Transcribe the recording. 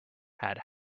had